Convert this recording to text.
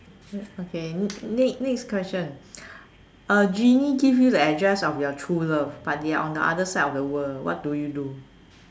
mm okay next next question a genie gives you the address of your true love but they are on the other side of the world what do you do